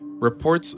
reports